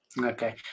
Okay